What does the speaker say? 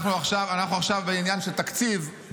אנחנו עכשיו בעניין של תקציב,